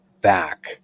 back